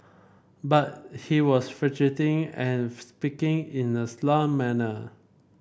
but he was fidgeting and speaking in a slurred manner